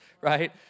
right